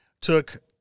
took